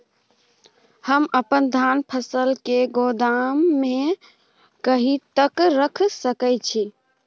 हम अपन धान के फसल गोदाम में कहिया तक रख सकैय छी?